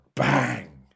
Bang